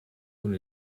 con